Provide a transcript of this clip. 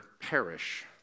perish